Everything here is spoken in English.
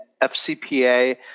FCPA